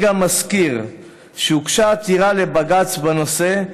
אני גם מזכיר שהוגשה עתירה לבג"ץ בנושא,